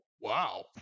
wow